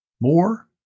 more